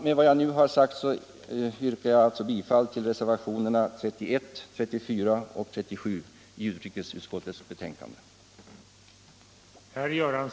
Med vad jag nu har sagt vill jag yrka bifall till reservationerna nr 31, 34 och 37 i utrikesutskottets betänkande nr 4.